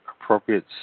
appropriate